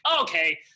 okay